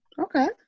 Okay